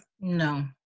no